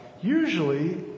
usually